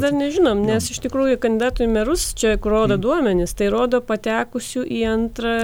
dar nežinome nes iš tikrųjų kandidatų į merus čia kur rodo duomenys tai rodo patekusių į antrą